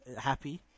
happy